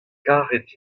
karet